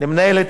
למנהלת